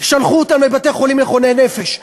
שלחו אותם לבתי-חולים לחולי נפש.